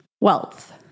wealth